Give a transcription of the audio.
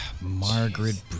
Margaret